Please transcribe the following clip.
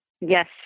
Yes